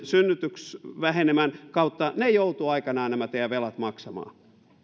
synnytysvähenemän kautta joutuvat aikanaan nämä teidän velkanne maksamaan